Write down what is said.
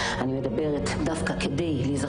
נשים, וכמעט ולא היו לי מרצות.